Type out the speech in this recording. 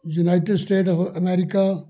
united state of America